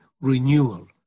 renewal